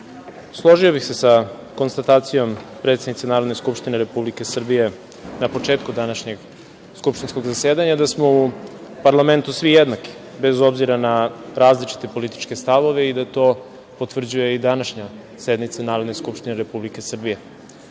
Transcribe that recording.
složio bih se sa konstatacijom predsednice Narodne Skupštine Republike Srbije, na početku današnjeg skupštinskog zasedanja, da smo u Parlamentu svi jednaki, bez obzira na različite političke stavove i da to potvrđuje i današnja sednica Narodne Skupštine RS.Takođe,